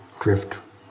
drift